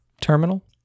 Terminal